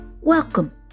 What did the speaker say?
Welcome